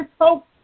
hope